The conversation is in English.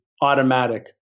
automatic